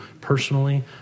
personally